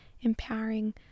empowering